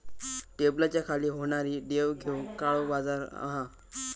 टेबलाच्या खाली होणारी देवघेव काळो बाजार हा